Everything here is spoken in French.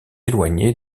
éloigné